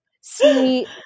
see